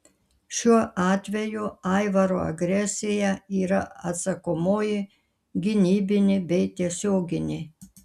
šiuo atveju aivaro agresija yra atsakomoji gynybinė bei tiesioginė